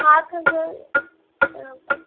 আট হাজার এরকম